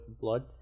blood